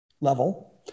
level